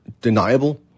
deniable